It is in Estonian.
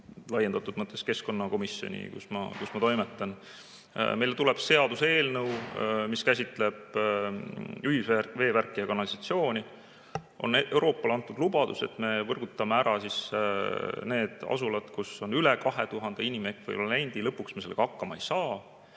laiendatud mõttes –, keskkonnakomisjonis, kus ma toimetan. Meile tuleb seaduseelnõu, mis käsitleb ühisveevärki ja kanalisatsiooni. Euroopale on antud lubadus, et me võrgustame ära need asulad, kus on üle 2000 inimekvivalendi. Lõpuks me sellega hakkama ei saa.